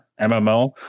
MMO